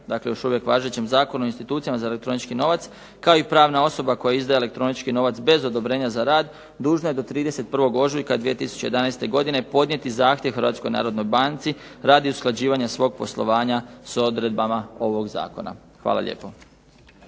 dakle još uvijek Zakonu o institucijama za elektronički novac, kao i pravna osoba koja izdaje elektronički novac bez odobrenja za rad, dužna je do 31. ožujka 2011. godine podnijeti zahtjev Hrvatskoj narodnoj banci, radi usklađivanja svog poslovanja s odredbama ovog Zakona. Hvala lijepo.